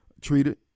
treated